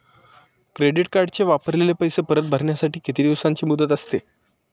Credit कार्डचे वापरलेले पैसे परत भरण्यासाठी किती दिवसांची मुदत असते?